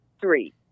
three